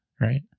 right